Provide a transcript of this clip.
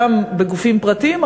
גם בגופים פרטיים,